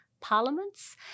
parliaments